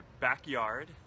backyard